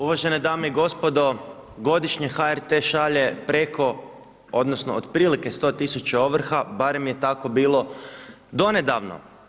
Uvažene dame i gospodo, godišnje HRT šalje preko, odnosno, otprilike 100 tisuća ovrha, barem je tako bilo donedavno.